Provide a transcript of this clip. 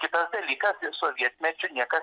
kitas dalykas iš sovietmečio niekas